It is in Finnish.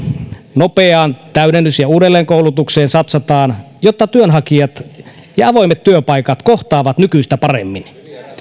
nopeaan täydennys ja uudelleenkoulutukseen satsataan jotta työnhakijat ja avoimet työpaikat kohtaavat nykyistä paremmin